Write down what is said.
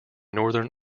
northern